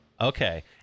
Okay